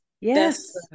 yes